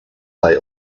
they